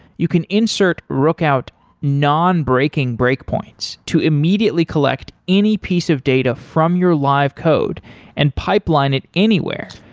you can insert rookout non-breaking breakpoints to immediately collect any piece of data from your live code and pipeline it anywhere,